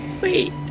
Wait